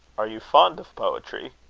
are you fond of poetry?